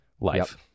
life